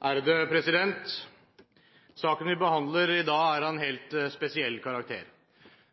også vedtatt. Saken vi behandler i dag, er av en helt spesiell karakter.